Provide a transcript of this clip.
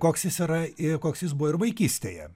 koks jis yra ir koks jis buvo ir vaikystėje